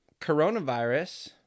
coronavirus